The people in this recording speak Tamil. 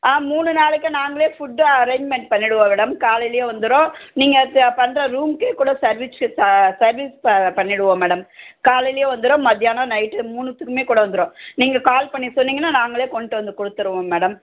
ஆ மூணு நாளைக்கும் நாங்களே ஃபுட்டு அரேஞ்மெண்ட் பண்ணிடுவோம் மேடம் காலையிலே வந்துடும் நீங்கள் த பண்ணுற ரூமுக்கே கூட சர்வீஸ்ஸு ச சர்வீஸ் ப பண்ணிடுவோம் மேடம் காலையிலே வந்துடும் மதியானம் நைட்டு மூணுத்துக்குமே கூட வந்துடும் நீங்கள் கால் பண்ணி சொன்னீங்கனா நாங்களே கொண்டு வந்து கொடுத்துருவோம் மேடம்